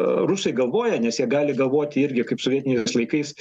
rusai galvoja nes jie gali galvoti irgi kaip sovietiniais laikais